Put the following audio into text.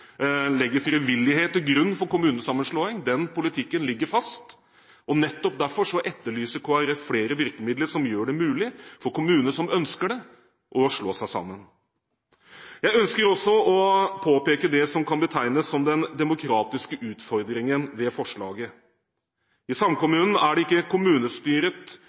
frivillighet til grunn for kommunesammenslåing. Den politikken ligger fast, og nettopp derfor etterlyser Kristelig Folkeparti flere virkemidler som gjør det mulig for kommuner som ønsker det, å slå seg sammen. Jeg ønsker også å påpeke det som kan betegnes som den demokratiske utfordringen ved forslaget. I samkommuner er ikke kommunestyret